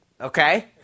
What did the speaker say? Okay